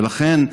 ולכן,